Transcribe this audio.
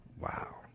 Wow